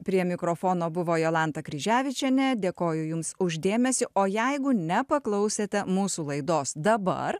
prie mikrofono buvo jolantą kryževičienę dėkoju jums už dėmesį o jeigu nepaklausėte mūsų laidos dabar